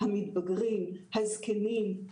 המתבגרים,